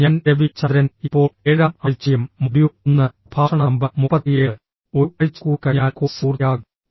ഞാൻ രവി ചന്ദ്രൻ ഇപ്പോൾ ഏഴാം ആഴ്ചയും മൊഡ്യൂൾ ഒന്ന് പ്രഭാഷണ നമ്പർ മുപ്പത്തിയേഴ് ഒരു ആഴ്ച കൂടി കഴിഞ്ഞാൽ കോഴ്സ് പൂർത്തിയാകും